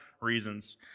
reasons